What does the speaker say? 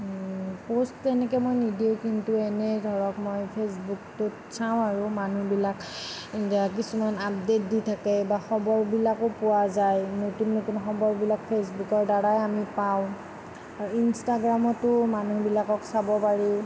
post তেনেকে মই নিদিওঁ কিন্তু এনেই ধৰক মই ফেচবুকটোত চাওঁ আৰু মানুহবিলাক এতিয়া কিছুমান আপডেট দি থাকে বা খবৰবিলাকো পোৱা যায় নতুন নতুন খবৰবিলাক ফেচবুকৰ দ্বাৰাই আমি পাওঁ আৰু ইনষ্টাগ্ৰামটো মানুহবিলাকক চাব পাৰি